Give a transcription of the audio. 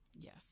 Yes